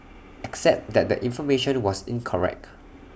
except that the information was incorrect